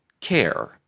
care